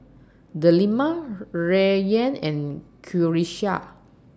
Delima Rayyan and Qalisha